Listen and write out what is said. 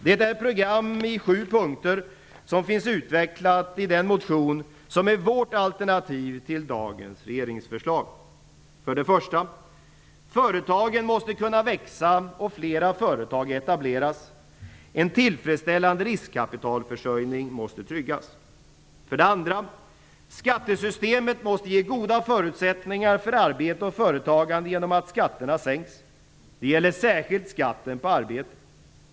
Det är ett program i sju punkter som finns utvecklat i den motion som är vårt alternativ till dagens regeringsförslag. 1. Företagen måste kunna växa och fler företag etableras. En tillfredsställande riskkapitalförsörjning måste tryggas. 2. Skattesystemet måste ge goda förutsättningar för arbete och företagande, genom att skatterna sänks. Det gäller särskilt skatten på arbete.